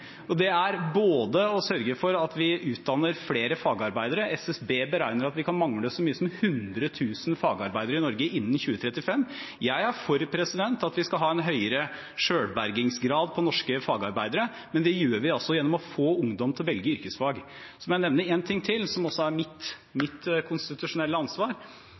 Det ene er å sørge for at vi utdanner flere fagarbeidere. SSB beregner at vi kan mangle så mange som 100 000 fagarbeidere i Norge innen 2035. Jeg er for at vi skal ha en høyere selvbergingsgrad av norske fagarbeidere. Det gjør vi gjennom å få ungdom til å velge yrkesfag. Det andre jeg vil nevne, som er mitt konstitusjonelle ansvar,